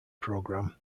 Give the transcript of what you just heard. program